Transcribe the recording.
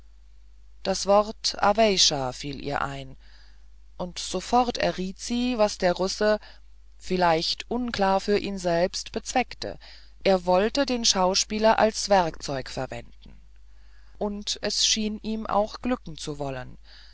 das wort aweysha fiel ihr ein und sofort erriet sie was der russe vielleicht unklar für ihn selbst bezweckte er wollte den schauspieler als werkzeug verwenden und es schien ihm auch glücken zu wollen